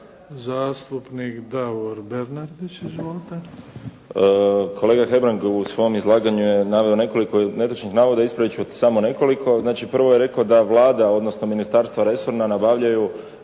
Izvolite. **Bernardić, Davor (SDP)** Kolega Hebrang u svom izlaganju je naveo nekoliko netočnih navoda. Ispravit ću ih samo nekoliko. Znači, prvo je rekao da Vlada odnosno ministarstva resorna nabavljaju